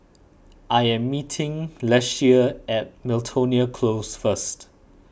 I am meeting Leshia at Miltonia Close first